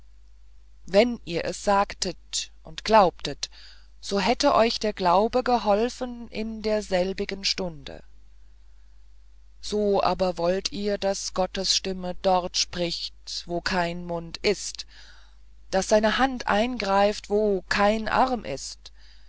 wenn ihr es sagtet und glaubtet so hätte euch der glaube geholfen in der selbigen stunde so aber wollt ihr daß gottes stimme dort spricht wo kein mund ist daß seine hand eingreift wo kein arm ist